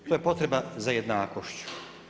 To je potreba za jednakošću.